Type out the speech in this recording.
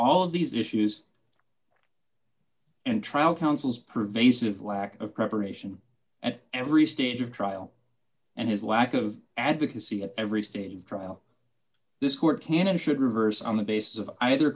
all these issues and trial counsel's pervasive lack of preparation at every stage of trial and his lack of advocacy at every stage of trial this court can and should reverse on the basis of either